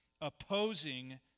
Opposing